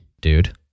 dude